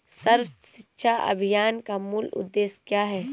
सर्व शिक्षा अभियान का मूल उद्देश्य क्या है?